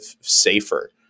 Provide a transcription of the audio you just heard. safer